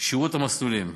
שירות המסלולים,